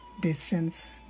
Distance